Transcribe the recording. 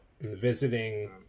Visiting –